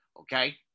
Okay